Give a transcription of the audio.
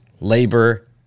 labor